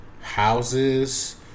houses